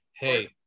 Hey